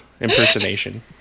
Impersonation